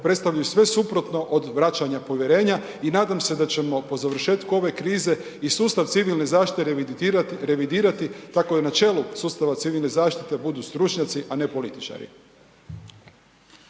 predstavljaju sve suprotno od vraćanja povjerenja. I nadam se da ćemo po završetku ove krize i sustav Civilne zaštite revidirati tako i na čelu sustava Civilne zaštite budu stručnjaci, a ne političari.